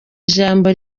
ijambo